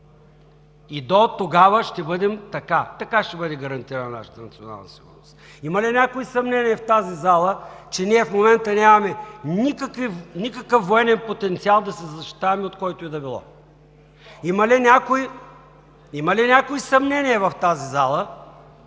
И дотогава ще бъдем така, така ще бъде гарантирана нашата национална сигурност. Има ли някой съмнение в тази зала, че ние в момента нямаме никакъв военен потенциал да се защитаваме от който и да било? Има ли някой съмнения в тази зала,